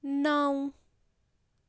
نَو